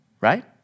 right